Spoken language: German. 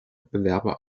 bewerber